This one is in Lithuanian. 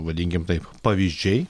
vadinkim taip pavyzdžiai